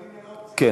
אבל אם אין אופציה,